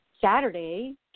Saturday